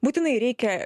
būtinai reikia